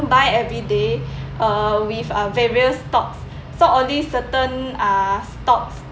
buy everyday uh with uh various stocks so only certain uh stocks